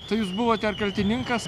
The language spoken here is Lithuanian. tai jūs buvote ar kaltininkas